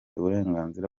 uburenganzira